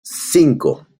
cinco